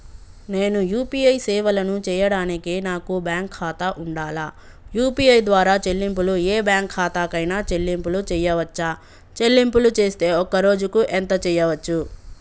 నేను యూ.పీ.ఐ సేవలను చేయడానికి నాకు బ్యాంక్ ఖాతా ఉండాలా? యూ.పీ.ఐ ద్వారా చెల్లింపులు ఏ బ్యాంక్ ఖాతా కైనా చెల్లింపులు చేయవచ్చా? చెల్లింపులు చేస్తే ఒక్క రోజుకు ఎంత చేయవచ్చు?